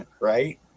Right